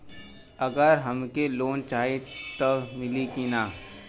अगर हमके लोन चाही त मिली की ना?